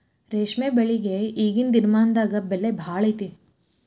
ರೇಶ್ಮೆ ಬೆಳಿಗೆ ಈಗೇನ ದಿನಮಾನದಾಗ ಬೆಲೆ ಭಾಳ ಐತಿ